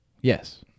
Yes